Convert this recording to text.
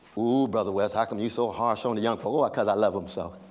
ooh brother west how come you so harsh on the young folk. oh, cause i love him so,